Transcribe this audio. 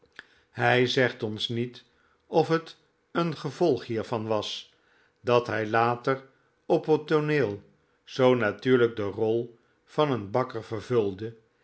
hij zegt ons niet of het een gevolg hiervan was dat hij later op het tooneel zoo natuurlijk de rol van een bakker vervulde